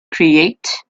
create